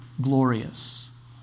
glorious